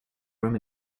room